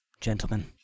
Gentlemen